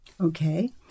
Okay